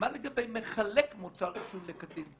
מה לגבי מחלק מוצר עישון לקטין?